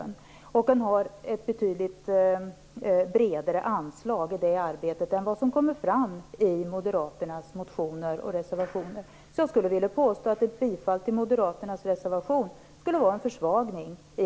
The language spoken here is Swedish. Dessutom har man ett betydligt bredare anslag i det arbetet än vad som kommer fram i moderaternas motioner och reservationer. Jag vill påstå att ett bifall till moderaternas reservation skulle innebära en försvagning.